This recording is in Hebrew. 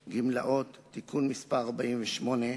(גמלאות) (תיקון מס' 48),